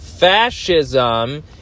Fascism